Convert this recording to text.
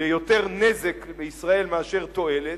ליותר נזק לישראל מאשר תועלת,